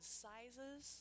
sizes